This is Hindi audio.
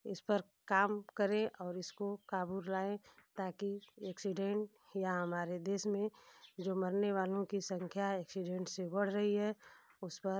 इस पर काम करें और इसको काबू लाएँ ताकि एक्सीडेंट या हमारे देश में जो मरने वालों की संख्या है एक्सीडेंट से बढ़ रही है उस पर